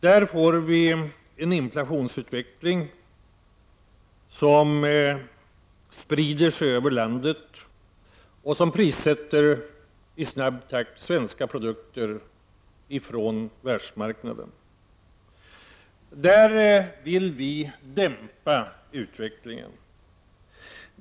Där uppstår en inflationsutveckling, som sprider sig över landet och som i snabb takt prissätter svenska produkter utanför världsmarknaden. Vi vill i centerpartiet dämpa den utvecklingen.